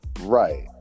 Right